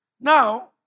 Now